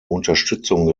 unterstützung